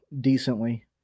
decently